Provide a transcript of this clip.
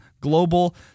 global